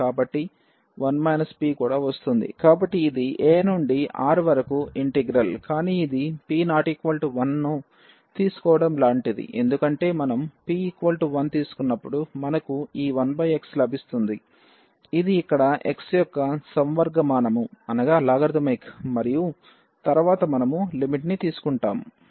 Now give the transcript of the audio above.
కాబట్టి ఇది a నుండి R వరకు ఇంటిగ్రల్ కానీ ఇది p 1 ను తీసుకోవడం లాంటిది ఎందుకంటే మనం p 1 తీసుకున్నప్పుడు మనకు ఈ 1x లభిస్తుంది ఇది ఇక్కడ x యొక్క లాగరిథమిక్ మరియు తరువాత మనము లిమిట్ ని తీసుకుంటాము